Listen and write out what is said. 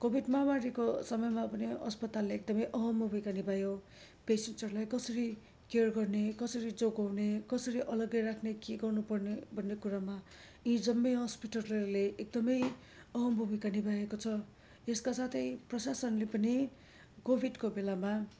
Covid माहामारीको समयमा पनि अस्पतालले एकदमै अहम् भूमिका निभायो पेसेन्ट्सहरूलाई कसरी केयर गर्ने कसरी जोगाउने कसरी अलग्गै राख्ने के गर्नु पर्ने भन्ने कुरामा यी जम्मै हस्पिटलहरूले एकदमै अहम् भुमिका निभाएको छ यसका साथै प्रशासनले पनि कोविडको बेलामा